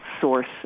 source